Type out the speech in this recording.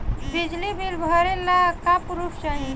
बिजली बिल भरे ला का पुर्फ चाही?